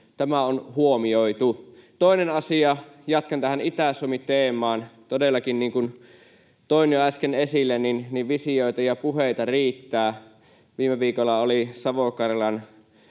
tämä on huomioitu. Toisena asiana jatkan tähän Itä-Suomi-teemaan. Todellakin, niin kuin toin jo äsken esille, visioita ja puheita riittää. Viime viikolla oli Savo-Karjalan